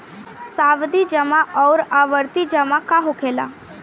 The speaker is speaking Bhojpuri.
सावधि जमा आउर आवर्ती जमा का होखेला?